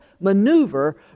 maneuver